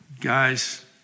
Guys